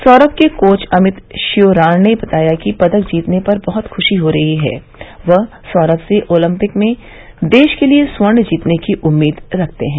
सौरभ के कोच अमित श्योराण ने बताया कि पदक जीतने पर बहुत खुशी हो रही है वह सौरभ से ओलम्पिक में देश के लिए स्वर्ण जीतने की उम्मीद रखते हैं